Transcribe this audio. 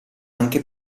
anche